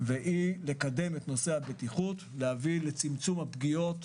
והיא לקדם את נושא הבטיחות, להביא לצמצום הפגיעות,